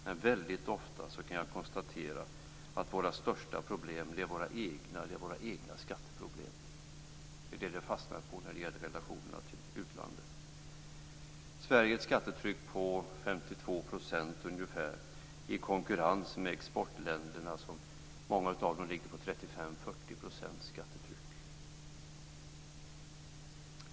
Men väldigt ofta kan jag konstatera att våra största problem är våra egna skatteproblem. Det är ju detta som det fastnar på när det gäller relationerna till utlandet - Sveriges skattetryck på ca 52 % i konkurrens med exportländerna. Många av dem har ett skattetryck på 35-40 %.